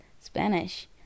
Spanish